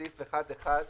בסעיף 1(1)